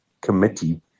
committee